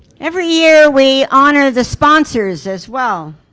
every year we honor the sponsors as well.